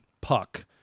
puck